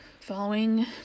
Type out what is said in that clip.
Following